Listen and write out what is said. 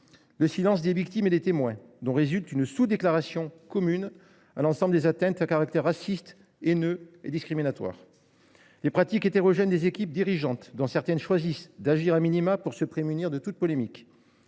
le silence des victimes et des témoins, dont résulte une sous déclaration commune à l’ensemble des atteintes à caractère raciste, haineux et discriminatoire ; les pratiques hétérogènes des équipes dirigeantes, certaines choisissant d’agir pour se prémunir de toute polémique